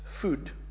food